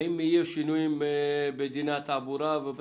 אם יהיו שינויים בדיני התעבורה, בתקנות,